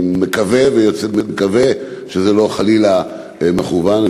אני מקווה שזה לא חלילה מכוון,